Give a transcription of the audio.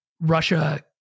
Russia